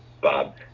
Bob